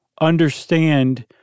understand